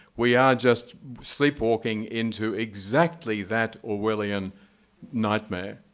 we are just sleepwalking into exactly that orwellian nightmare.